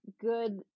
good